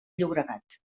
llobregat